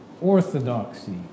orthodoxy